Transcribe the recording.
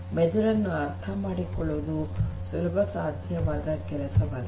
ಮೆದುಳನ್ನು ಅರ್ಥಮಾಡಿಕೊಳ್ಳುವುದು ಸುಲಭ ಸಾಧ್ಯವಾದ ಕೆಲಸವಲ್ಲ